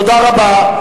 תודה רבה.